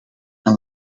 een